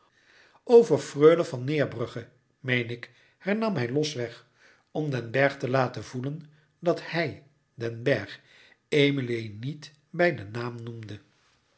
over freule van neerbrugge meen ik herlouis couperus metamorfoze nam hij losweg om den bergh te laten voelen dat hij den bergh emilie nièt bij den naam noemde